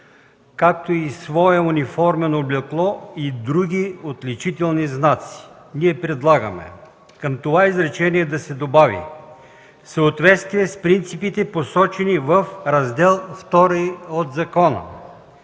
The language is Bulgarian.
както и свое униформено облекло и други отличителни знаци. Ние предлагаме към това изречение да се добави: „в съответствие с принципите, посочени в Раздел ІІ на закона”.